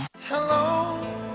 Hello